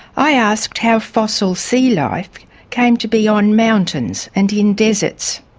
i asked how fossil sea life came to be on mountains and in deserts.